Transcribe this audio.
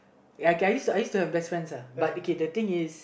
ya okay I used to I used to have best friends ah but okay the thing is